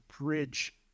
bridge